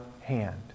hand